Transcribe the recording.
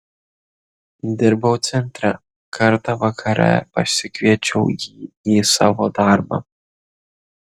dirbau centre kartą vakare pasikviečiau jį į savo darbą